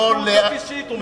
איפה הוא הותקף אישית?